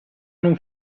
non